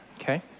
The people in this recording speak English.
okay